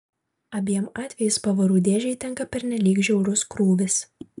abiem atvejais pavarų dėžei tenka pernelyg žiaurus krūvis